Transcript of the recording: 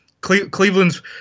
Cleveland's